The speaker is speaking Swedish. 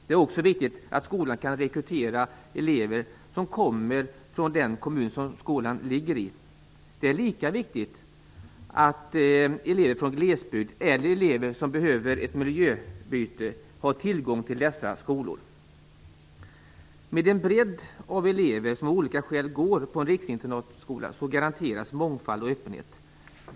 Det är också viktigt att skolan kan rekrytera elever som kommer från den kommun som skolan ligger i, och det är lika viktigt att elever från glesbygd eller elever som behöver ett miljöbyte har tillgång till dessa skolor. Med en bredd av elever som av olika skäl går på en riksinternatskola garanteras mångfald och öppenhet.